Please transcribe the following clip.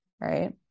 right